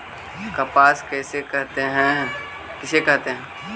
कपास किसे कहते हैं?